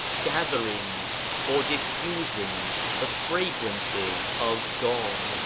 gatherings for dif fusing the fragrances of god,